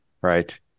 right